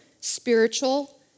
spiritual